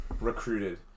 recruited